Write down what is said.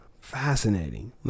fascinating